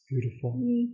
Beautiful